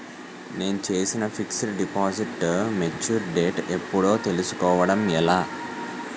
నేను చేసిన fixed deposit mature date ఎప్పుడో తెల్సుకోవడం ఎలా?